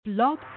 Blog